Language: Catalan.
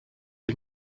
ell